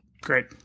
Great